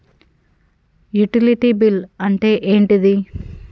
Utility bill అంటే ఏంటిది?